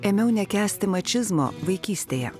ėmiau nekęsti mačizmo vaikystėje